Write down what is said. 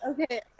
okay